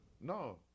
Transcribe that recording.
No